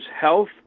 health